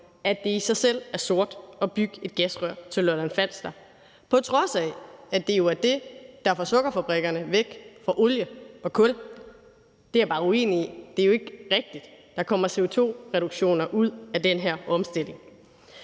om det i sig selv er sort at bygge et gasrør til Lolland-Falster, på trods af at det jo er det, der får sukkerfabrikkerne væk fra olie og kul. Det er jeg bare uenig i. Det er jo ikke rigtigt. Der kommer CO2-reduktioner ud af den her omstilling.